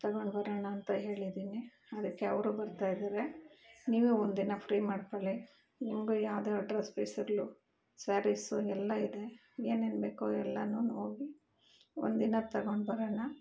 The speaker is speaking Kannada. ತಗೊಂಡ್ಬರೊಣ ಅಂತ ಹೇಳಿದ್ದೀನಿ ಅದಕ್ಕೆ ಅವರು ಬರ್ತಾಯಿದಾರೆ ನೀವೆ ಒಂದಿನ ಫ್ರೀ ಮಾಡಿಕೊಳ್ಳಿ ನಿಮಗು ಯಾವ್ದಾರು ಡ್ರಸ್ ಪೀಸಲ್ಲು ಸ್ಯಾರೀಸು ಎಲ್ಲ ಇದೆ ಏನೇನು ಬೇಕೊ ಎಲ್ಲನು ಹೋಗಿ ಒಂದಿನ ತಗೊಂಡ್ಬರೋಣ